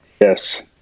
yes